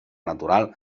natural